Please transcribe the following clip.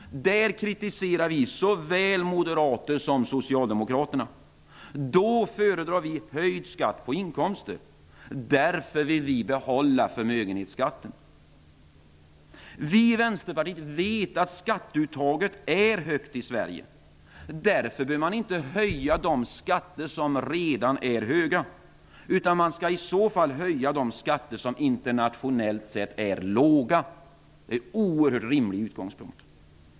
Där kritiserar vi såväl Moderaterna som Socialdemokraterna. Vi föredrar då höjd skatt på inkomster. Därför vill vi behålla förmögenhetsskatten. Vi i Vänsterpartiet vet att skatteuttaget är högt i Sverige. Därför bör man inte höja de skatter som redan är höga, utan i så fall skall de skatter höjas som internationellt sett är låga. Det är en oerhört rimlig utgångspunkt.